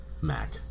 Mac